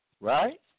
Right